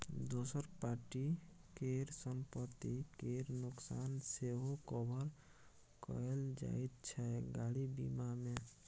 दोसर पार्टी केर संपत्ति केर नोकसान सेहो कभर कएल जाइत छै गाड़ी बीमा मे